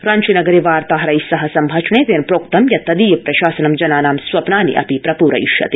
रांची नगरे वार्ताहरैस्सह संभाषणे तेन प्रोक्तं यत् तदीय प्रशासनं जनानां स्वपनानि प्रप्रयिष्यति